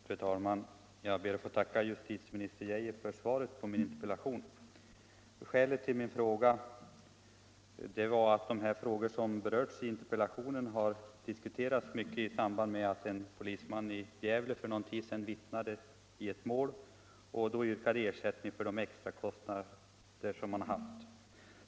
Fru talman! Jag ber att få tacka justitieminister Geijer för svaret på min interpellation. Skälet till min fråga var att de förhållanden som berörs i interpellationen har diskuterats mycket i samband med att en polisman i Gävle för någon tid sedan vittnade i ett mål och då yrkade ersättning för de extra kostnader han hade haft.